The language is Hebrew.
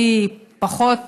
פחות